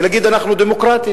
ולהגיד: אנחנו דמוקרטים.